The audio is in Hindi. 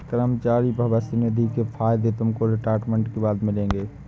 कर्मचारी भविष्य निधि के फायदे तुमको रिटायरमेंट के बाद मिलेंगे